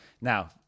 Now